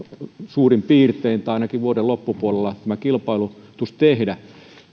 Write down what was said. suurin piirtein tai ainakin vuoden loppupuolella tämä kilpailutus tehdä